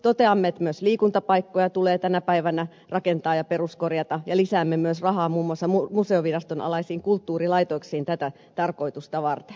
toteamme että myös liikuntapaikkoja tulee tänä päivänä rakentaa ja peruskorjata ja lisäämme myös rahaa muun muassa museoviraston alaisiin kulttuurilaitoksiin tätä tarkoitusta varten